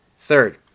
Third